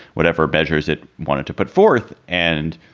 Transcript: whatever measures it wanted to put forth. and,